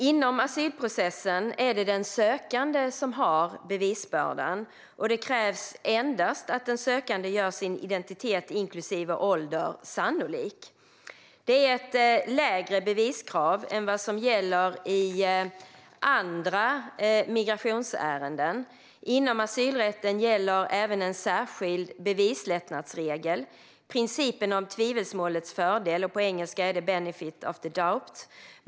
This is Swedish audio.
Inom asylprocessen är det den sökande som har bevisbördan, och det krävs endast att den sökande gör sin identitet inklusive ålder sannolik. Det är ett lägre beviskrav än vad som gäller i andra migrationsärenden. Inom asylrätten gäller även en särskild bevislättnadsregel, nämligen principen om tvivelsmålets fördel - på engelska benefit of the doubt.